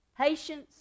Patience